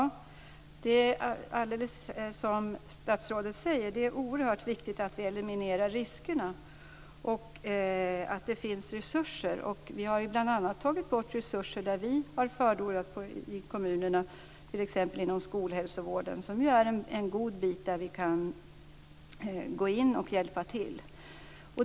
Fru talman! Som statsrådet säger är det oerhört viktigt att vi eliminerar riskerna och att det finns resurser. Resurser har ju bl.a. tagits bort i kommunerna, t.ex. inom skolhälsovården, där vi har förordat att man skall gå in och hjälpa till.